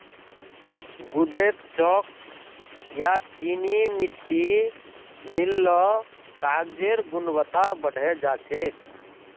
गूदेत चॉक या चीनी मिट्टी मिल ल कागजेर गुणवत्ता बढ़े जा छेक